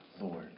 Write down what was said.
Lord